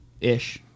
Ish